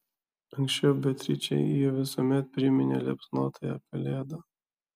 anksčiau beatričei ji visuomet priminė liepsnotąją pelėdą